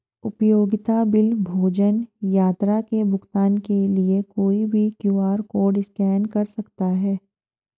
उपयोगिता बिल, भोजन, यात्रा के भुगतान के लिए कोई भी क्यू.आर कोड स्कैन कर सकता है